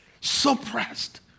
suppressed